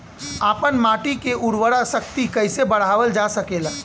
आपन माटी क उर्वरा शक्ति कइसे बढ़ावल जा सकेला?